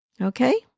Okay